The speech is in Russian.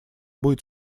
будет